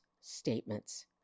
statements